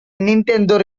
nintendo